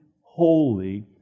holy